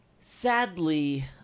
Sadly